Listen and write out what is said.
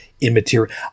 immaterial